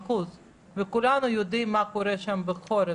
150% וכולנו יודעים מה קורה שם בחורף.